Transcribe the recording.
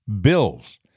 bills